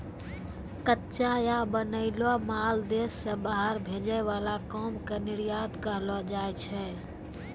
कच्चा या बनैलो माल देश से बाहर भेजे वाला काम के निर्यात कहलो जाय छै